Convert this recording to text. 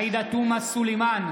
עאידה תומא סלימאן,